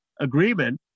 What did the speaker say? agreement